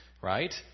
right